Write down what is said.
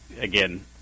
again